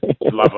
Lovely